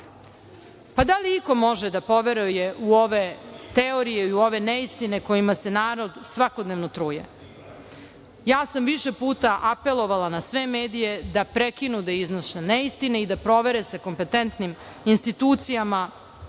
da li iko može da poveruje u ove teorije i u ove neistine kojima se narod svakodnevno truje? Više puta sam apelovala na sve medije da prekinu da iznose neistine i da provere sa kompetentnim institucijama,